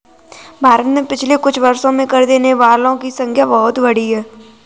भारत में पिछले कुछ वर्षों में कर देने वालों की संख्या बहुत बढ़ी है